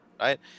Right